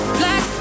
black